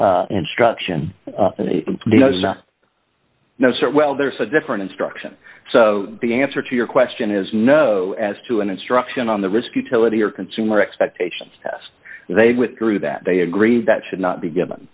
meticulous instruction no sir well there's a different instruction so the answer to your question is no as to an instruction on the risk utility or consumer expectations test they withdrew that they agreed that should not be given